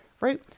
right